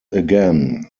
again